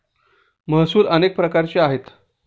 महसूल अनेक प्रकारचे आहेत